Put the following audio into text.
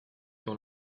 dans